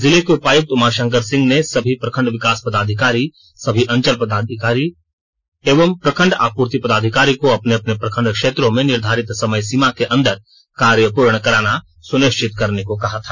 जिले के उपायुक्त उमा शंकर सिंह ने सभी प्रखंड विकास पदाधिकारी सभी अंचल अधिकारी एवं प्रखंड आपूर्ति पदाधिकारी को अपने अपने प्रखंड क्षेत्रों में निर्धारित समय सीमा के अंदर कार्य पूर्ण कराना सुनिश्चित करने को कहा था